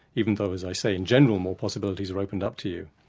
even though as i say in general, more possibilities are opened up to you.